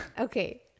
Okay